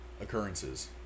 occurrences